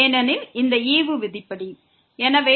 எனவே x2y2